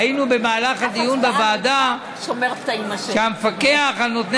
ראינו במהלך הדיון בוועדה: המפקח על נותני